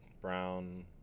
Brown